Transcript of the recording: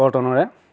কটনৰে